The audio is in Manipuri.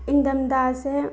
ꯏꯪꯊꯝ ꯊꯥꯁꯦ